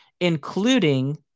including